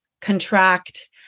contract